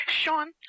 Sean